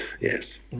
Yes